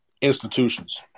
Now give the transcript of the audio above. institutions